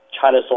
China